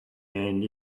and